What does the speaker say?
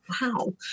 wow